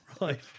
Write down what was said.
Right